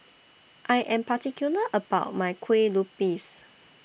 I Am particular about My Kueh Lupis